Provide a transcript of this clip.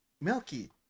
milky